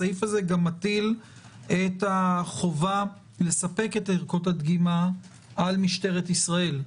הסעיף הזה גם מטיל את החובה לספק את ערכות הדגימה על משטרת ישראל.